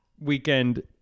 weekend